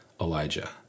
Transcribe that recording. Elijah